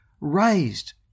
raised